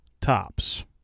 tops